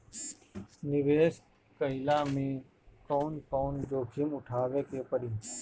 निवेस कईला मे कउन कउन जोखिम उठावे के परि?